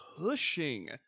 pushing